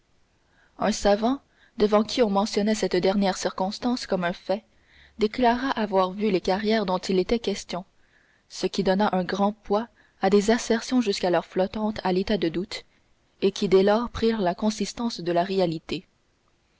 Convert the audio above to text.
un savant devant qui on mentionnait cette dernière circonstance comme un fait déclara avoir vu les carrières dont il était question ce qui donna un grand poids à des assertions jusqu'alors flottantes à l'état de doute et qui dès lors prirent la consistance de la réalité